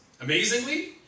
amazingly